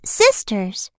sisters